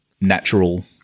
natural